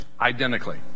identically